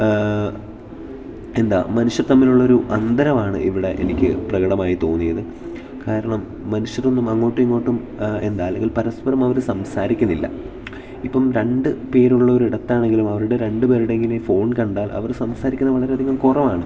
എന്താ മനുഷ്യർ തമ്മിലുള്ളൊരു അന്തരമാണ് ഇവിടെ എനിക്ക് പ്രകടമായി തോന്നിയത് കാരണം മനുഷ്യരൊന്നും അങ്ങോട്ടും ഇങ്ങോട്ടും എന്താ അല്ലെങ്കിൽ പരസ്പരം അവർ സംസാരിക്കുന്നില്ല ഇപ്പം രണ്ട് പേരുള്ളൊരിടത്താണെങ്കിലും അവരുടെ രണ്ട് പേരുടെയെങ്കിലും ഫോൺ കണ്ടാൽ അവർ സംസാരിക്കുന്ന വളരെയധികം കുറവാണ്